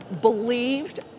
believed